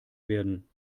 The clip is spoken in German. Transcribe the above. werden